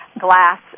glass